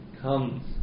comes